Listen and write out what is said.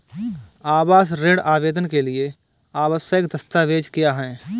आवास ऋण आवेदन के लिए आवश्यक दस्तावेज़ क्या हैं?